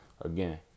Again